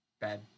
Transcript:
bad